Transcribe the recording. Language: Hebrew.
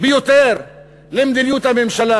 ביותר למדיניות הממשלה,